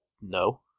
No